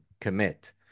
commit